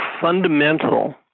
fundamental